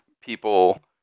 people